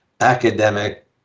academic